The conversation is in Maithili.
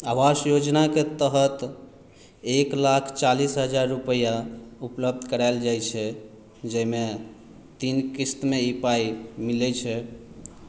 आवास योजनाके तहत एक लाख चालीस हजार रुपैआ उपलब्ध करायल जाइ छै जाहिमे तीन क़िस्तमे ई पाई मिलै छै